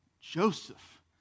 Joseph